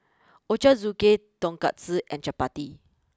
Ochazuke Tonkatsu and Chapati